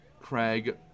Craig